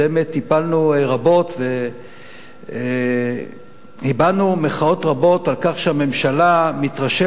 טיפלנו רבות והבענו מחאות רבות על כך שהממשלה מתרשלת